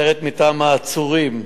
סרט מטעם העצורים,